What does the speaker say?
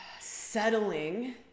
settling